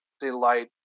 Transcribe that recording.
delight